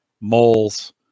moles